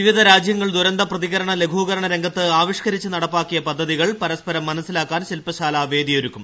വിവിധ രാജ്യങ്ങൾ ദുരന്ത പ്രതികരണ ലഘൂകരണ രംഗത്ത് ആവിഷ്കരിച്ച് നടപ്പാക്കിയ പദ്ധതികൾ പരസ്പരം മനസ്സിലാക്കാൻ ശില്പശാല വേദിയൊരുക്കും